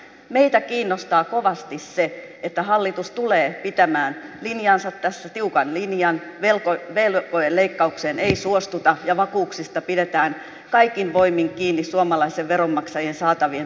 meitä kiinnostaa kovasti se että hallitus tulee pitämään linjansa tässä tiukan linjan että velkojen leikkaukseen ei suostuta ja vakuuksista pidetään kaikin voimin kiinni suomalaisen veronmaksajan saatavien turvaamiseksi